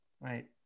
right